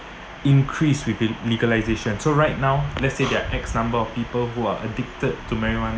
increase with the legalisation so right now let's say you have x number of people who are addicted to marijuana